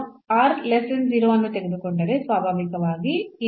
ನಾವು ಅನ್ನು ತೆಗೆದುಕೊಂಡರೆ ಸ್ವಾಭಾವಿಕವಾಗಿ ಈ